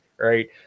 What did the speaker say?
right